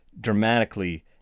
dramatically